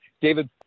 david